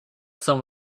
some